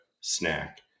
snack